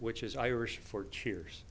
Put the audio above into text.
which is irish for cheers